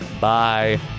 Bye